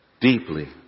deeply